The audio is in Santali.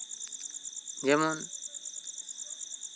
ᱡᱮᱢᱚᱱ